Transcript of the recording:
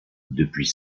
depuis